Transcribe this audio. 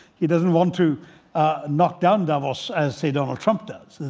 he doesn't want to knock down davos as say donald trump does.